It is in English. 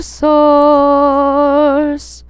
source